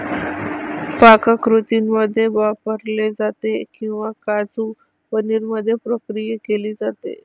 पाककृतींमध्ये वापरले जाते किंवा काजू पनीर मध्ये प्रक्रिया केली जाते